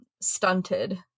stunted